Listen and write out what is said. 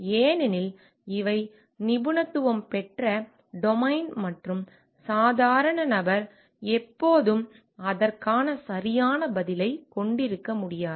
ஏனெனில் இவை நிபுணத்துவம் பெற்ற டொமைன் மற்றும் சாதாரண நபர் எப்போதும் அதற்கான சரியான பதிலைக் கொண்டிருக்க முடியாது